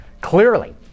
Clearly